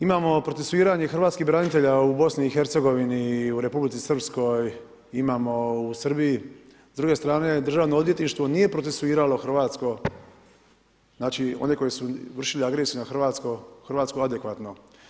Imamo protestiranje hrvatskih branitelja u BiH-u i u Republici Srpskoj, imamo u Srbiji, s druge strane Državno odvjetništvo nije procesuiralo Hrvatsko, znači oni koji su vršili agresiju na Hrvatsko adekvatno.